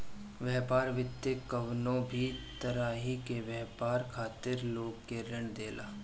व्यापार वित्त कवनो भी तरही के व्यापार खातिर लोग के ऋण देला